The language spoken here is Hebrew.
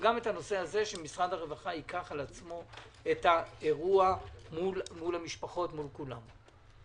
וגם את זה שמשרד הרווחה ייקח על עצמו את האירוע מול המשפחות ומול כולם.